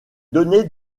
donnait